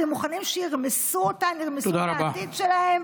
אתם מוכנים שירמסו אותן, ירמסו את העתיד שלהן?